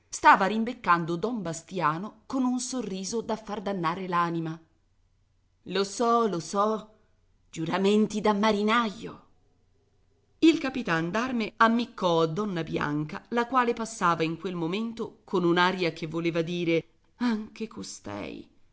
stava rimbeccando don bastiano con un sorriso da far dannare l'anima lo so lo so giuramenti da marinaio il capitan d'arme ammiccò a donna bianca la quale passava in quel momento con un'aria che voleva dire anche costei